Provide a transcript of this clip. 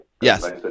Yes